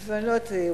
אני לא יודעת,